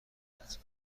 کند